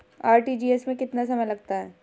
RTGS में कितना समय लगता है?